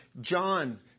John